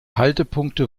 haltepunkte